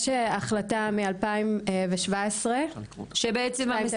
יש החלטה מ-2017 -- שמה?